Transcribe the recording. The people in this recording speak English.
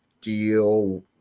deal